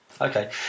Okay